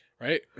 Right